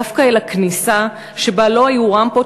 דווקא אל הכניסה שבה לא היו רמפות